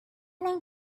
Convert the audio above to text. long